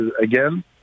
again